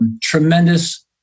Tremendous